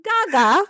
Gaga